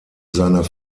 seiner